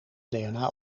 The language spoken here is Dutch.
dna